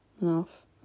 enough